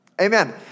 Amen